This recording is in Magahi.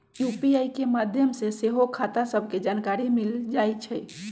यू.पी.आई के माध्यम से सेहो खता सभके जानकारी मिल जाइ छइ